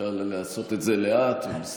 אפשר גם לעשות את זה לאט ובסבלנות.